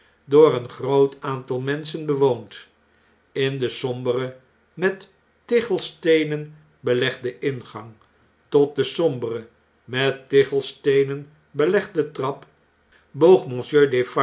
door een groot aantal menschen bewoond in den somberen met tichel steenen belegden ingang tot de sombere met tichel steenen belegde trap